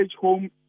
home